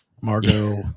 Margot